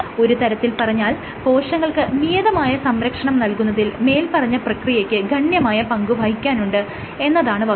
ഒരു തരത്തിൽ പറഞ്ഞാൽ കോശങ്ങൾക്ക് നിയതമായ സംരക്ഷണം നൽകുന്നതിൽ മേല്പറഞ്ഞ പ്രക്രിയയ്ക്ക് ഗണ്യമായ പങ്ക് വഹിക്കാനുണ്ട് എന്നതാണ് വസ്തുത